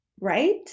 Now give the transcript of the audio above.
right